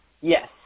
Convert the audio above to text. Yes